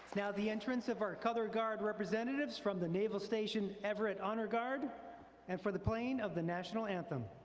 now the entrance of our color guard representatives from the naval station everett honor guard and for the playing of the national anthem.